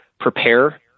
prepare